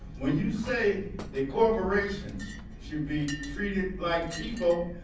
when you say that corporations should be treated like people,